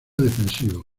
defensivo